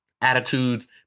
attitudes